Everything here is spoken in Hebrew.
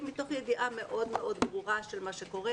מתוך ידיעה מאוד מאוד ברורה של מה שקורה.